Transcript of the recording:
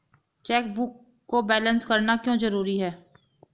Chequebook को balance करना क्यों जरूरी है?